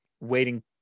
waiting